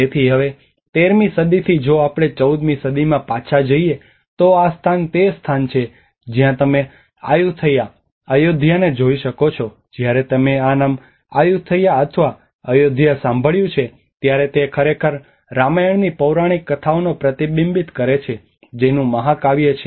તેથી હવે 13 મી સદીથી જો આપણે 14 મી સદીમાં પાછા જઈએ તો આ તે સ્થાન છે જ્યાં તમે આયુથૈયા અયોધ્યાને જોઈ શકો છો જ્યારે તમે આ નામ આયુથૈયા અથવા અયોધ્યા સાંભળ્યું છે ત્યારે તે ખરેખર રામાયણની પૌરાણિક કથાઓને પ્રતિબિંબિત કરે છે જેનું મહાકાવ્ય છે